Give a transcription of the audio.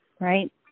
right